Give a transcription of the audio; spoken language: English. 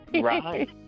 Right